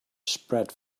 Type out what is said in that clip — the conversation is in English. spread